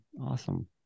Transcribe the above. Awesome